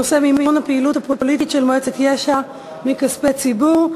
בנושא מימון הפעילות הפוליטית של מועצת יש"ע מכספי הציבור.